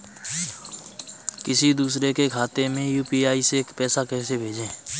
किसी दूसरे के खाते में यू.पी.आई से पैसा कैसे भेजें?